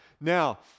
Now